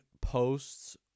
posts